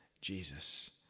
Jesus